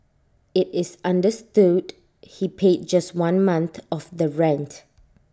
IT is understood he paid just one month of the rent